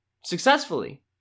successfully